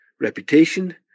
reputation